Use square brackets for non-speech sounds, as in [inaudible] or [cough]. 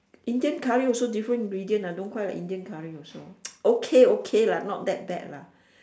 Indian curry also different ingredient ah don't call it Indian curry also [noise] okay okay lah not that bad lah